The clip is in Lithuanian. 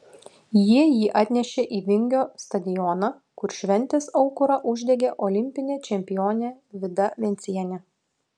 jie jį atnešė į vingio stadioną kur šventės aukurą uždegė olimpinė čempionė vida vencienė